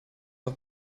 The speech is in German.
auf